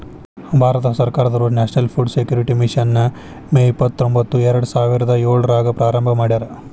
ಭಾರತ ಸರ್ಕಾರದವ್ರು national food security mission ನ May ಇಪ್ಪತ್ರೊಂಬತ್ತು ಎರಡುಸಾವಿರದ ಏಳ್ರಾಗ ಪ್ರಾರಂಭ ಮಾಡ್ಯಾರ